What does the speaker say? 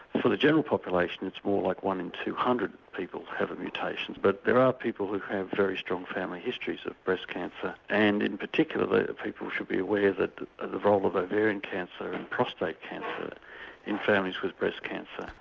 for the general population it's more like one in two hundred people have a mutation. but there are people who have very strong family histories of breast cancer, and in particular people should be aware of the role of ovarian cancer prostate cancer in families with breast cancer.